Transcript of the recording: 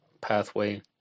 pathway